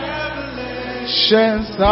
Revelations